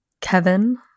Kevin